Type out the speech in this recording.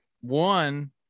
One